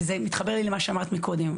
וזה מתחבר לי למה שאמרת מקודם,